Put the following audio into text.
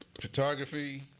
photography